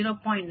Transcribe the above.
9 ஆகும்